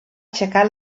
aixecar